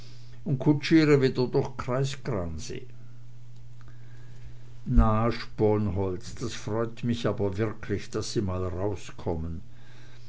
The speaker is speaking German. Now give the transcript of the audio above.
und kutschiere wieder durch kreis gransee na sponholz das freut mich aber wirklich daß sie mal rauskommen